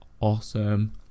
awesome